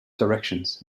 directions